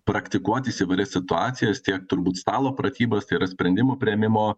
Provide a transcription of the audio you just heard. praktikuotis įvairias situacijas tiek turbūt stalo pratybas yra sprendimų priėmimo